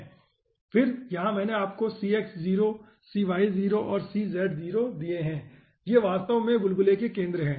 फिर यहां हमने आपको cx0 cy0 और cz0 दिए हैं ये वास्तव में बुलबुले के केंद्र हैं